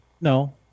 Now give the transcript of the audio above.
no